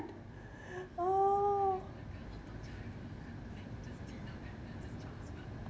oh